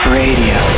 radio